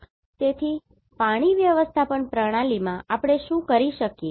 તેથી પાણી વ્યવસ્થાપન પ્રણાલીમાં આપણે શું કરી શકીએ